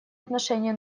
отношения